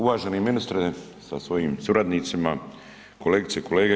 Uvaženi ministre sa svojim suradnicima, kolegice i kolege.